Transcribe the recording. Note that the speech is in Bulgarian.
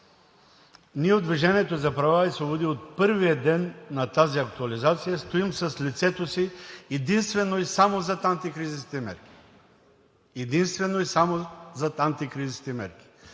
Ние от „Движение за права и свободи“ от първия ден на тази актуализация стоим с лицето си единствено и само зад антикризисните мерки. Единствено и само зад антикризисните мерки!